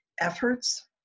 efforts